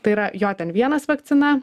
tai yra jot en vienas vakcina